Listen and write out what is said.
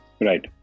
Right